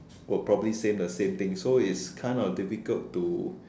would probably say the same thing so it's kind of difficult to